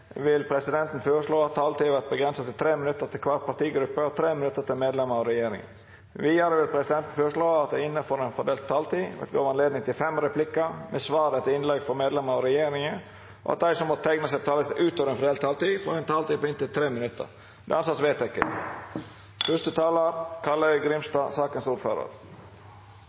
vil presidenten føreslå at taletida vert avgrensa til 3 minutt til kvar partigruppe og 3 minutt til medlemer av regjeringa. Vidare vil presidenten føreslå at det – innanfor den fordelte taletida – vert gjeve anledning til fem replikkar med svar etter innlegg frå medlemer av regjeringa, og at dei som måtte teikna seg på talarlista utover den fordelte taletida, får ei taletid på inntil 3 minutt. – Det er vedteke.